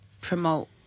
promote